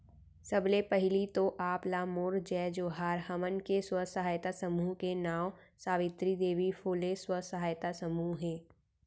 सबले पहिली तो आप ला मोर जय जोहार, हमन के स्व सहायता समूह के नांव सावित्री देवी फूले स्व सहायता समूह हे